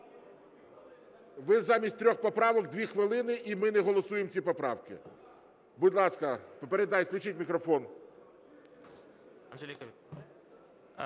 Ви замість трьох поправок 2 хвилини, і ми не голосуємо ці поправки. Будь ласка, включіть мікрофон.